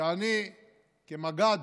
שאני כמג"ד,